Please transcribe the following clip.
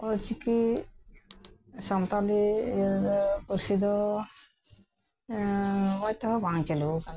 ᱚᱞ ᱪᱤᱠᱤ ᱥᱟᱱᱛᱟᱞᱤ ᱯᱟᱹᱨᱥᱤ ᱫᱚ ᱢᱚᱸᱡᱽ ᱛᱮᱦᱚᱸ ᱵᱟᱝ ᱪᱟᱞᱩ ᱟᱠᱟᱱᱟ